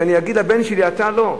ואני אגיד לבן שלי: אתה לא?